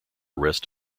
rest